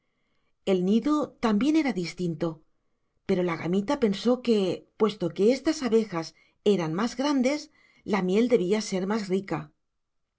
el nido también era distinto pero la gamita pensó que puesto que estas abejas eran más grandes la miel debía ser más rica